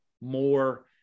more